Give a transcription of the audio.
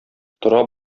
тора